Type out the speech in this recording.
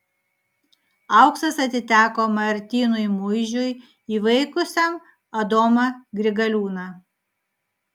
auksas atiteko martynui muižiui įveikusiam adomą grigaliūną